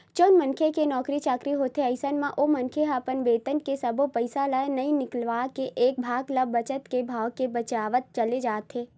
जउन मनखे के नउकरी चाकरी होथे अइसन म ओ मनखे ह अपन बेतन के सब्बो पइसा ल नइ निकाल के एक भाग ल बचत के भाव ले बचावत चले जाथे